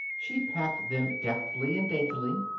she packed them deftly and daintily.